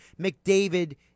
McDavid